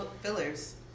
fillers